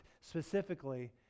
specifically